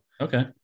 Okay